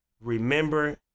remember